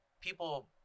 people